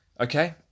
Okay